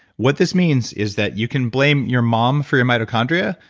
what this means is that you can blame your mom for your mitochondria,